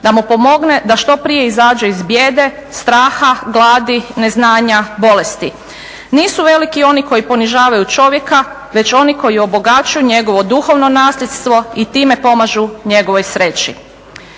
da mu pomogne da što prije izađe iz bijede, straha, gladi, neznanja, bolesti. Nisu veliki oni koji ponižavaju čovjeka, već oni koji obogaćuju njegovo duhovno nasljedstvo i time pomažu njegovoj sreći."